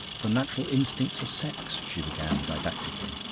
the natural instincts of sex. she began didactically.